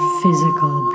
physical